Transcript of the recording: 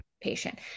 patient